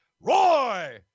roy